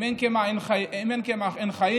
אם אין קמח אין חיים.